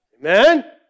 Amen